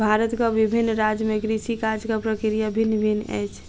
भारतक विभिन्न राज्य में कृषि काजक प्रक्रिया भिन्न भिन्न अछि